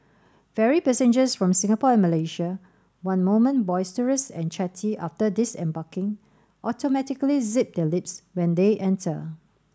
ferry passengers from Singapore and Malaysia one moment boisterous and chatty after disembarking automatically zip their lips when they enter